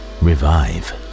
revive